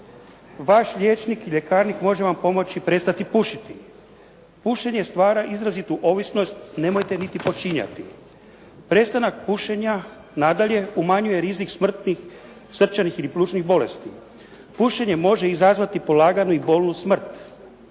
"Vaš liječnik i ljekarnik može vam pomoći prestati pušiti", "Pušenje stvara izrazitu ovisnost, nemojte niti počinjati", "Prestanak pušenja umanjuje rizik smrtnih srčanih ili plućnih bolesti", "Pušenje može izazvati polaganu i bolnu smrt",